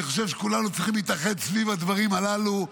אני חושב שכולנו צריכים להתאחד סביב הדברים הללו.